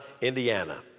Indiana